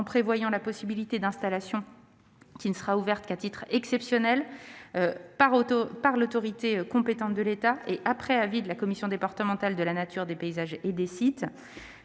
en prévoyant que ces installations ne pourront être permises qu'à titre exceptionnel, par l'autorité compétente de l'État et après avis de la commission départementale de la nature, des paysages et des sites.